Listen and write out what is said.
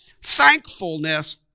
thankfulness